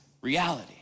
reality